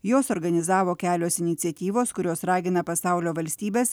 juos organizavo kelios iniciatyvos kurios ragina pasaulio valstybes